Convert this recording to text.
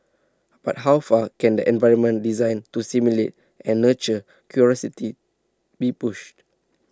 but how far can an environment designed to stimulate and nurture curiosity be pushed